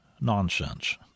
nonsense